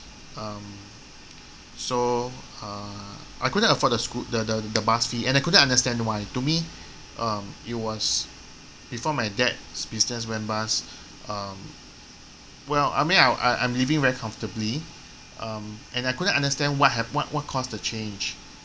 um so err I couldn't afford the schoo~ the the the bus fee and I couldn't understand why to me uh it was before my dad's business went bust uh well I mean I I I'm living very comfortably um and I couldn't understand what hap~ what what caused the change